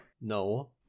No